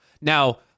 now